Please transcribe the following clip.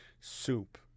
soup